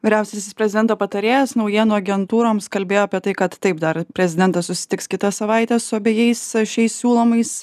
vyriausiasis prezidento patarėjas naujienų agentūroms kalbėjo apie tai kad taip dar prezidentas susitiks kitą savaitę su abejais šiais siūlomais